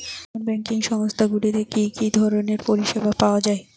নন banking সংস্থা গুলিতে কি কি ধরনের পরিসেবা পাওয়া য়ায়?